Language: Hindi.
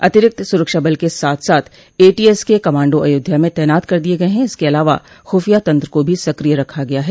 अतिरिक्त सुरक्षा बल के साथ साथ एटीएस के कमांडों अयोध्या में तैनात कर दिये गये हैं इसके अलावा ख्रफिया तंत्र को भी सक्रिय रखा गया है